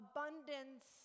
Abundance